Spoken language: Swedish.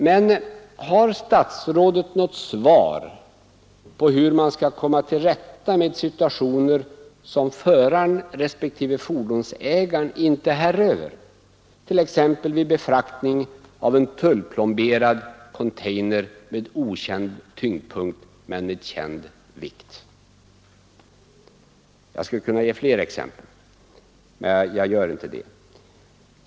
Men har statsrådet något svar på hur man skall komma till rätta med situationer som föraren respektive fordonsägaren inte är herre över, t.ex. vid befraktning av en tullplomberad container med okänd tyngdpunkt men med känd vikt? Jag skulle kunna ange fler exempel.